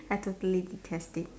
I totally detest it